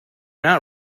not